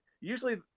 usually